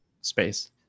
space